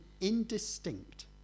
indistinct